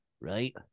right